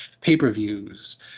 pay-per-views